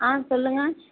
ஆ சொல்லுங்க